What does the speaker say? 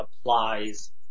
applies